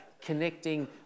connecting